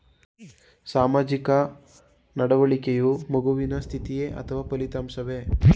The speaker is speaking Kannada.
ಸಾಮಾಜಿಕ ನಡವಳಿಕೆಯು ಮಗುವಿನ ಸ್ಥಿತಿಯೇ ಅಥವಾ ಫಲಿತಾಂಶವೇ?